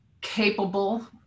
capable